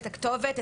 את הכתובת,